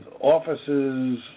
offices